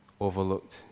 overlooked